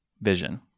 vision